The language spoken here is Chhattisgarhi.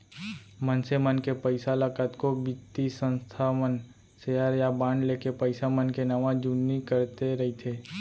मनसे मन के पइसा ल कतको बित्तीय संस्था मन सेयर या बांड लेके पइसा मन के नवा जुन्नी करते रइथे